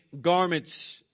garments